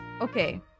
okay